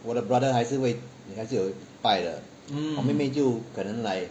我的 brother 还是会有拜的我妹妹就可能 like